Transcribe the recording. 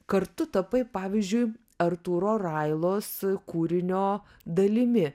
kartu tapai pavyzdžiui artūro railos kūrinio dalimi